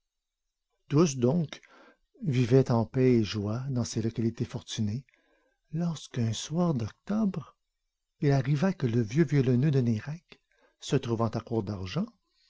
tous donc vivaient en paix et joie dans ces localités fortunées lorsqu'un soir d'octobre il arriva que le vieux violoneux de nayrac se trouvant à court d'argent